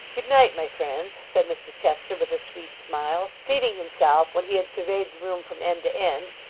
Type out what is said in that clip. good night, my friends said mr chester with a sweet smile, seating himself, when he had surveyed the room from end to end,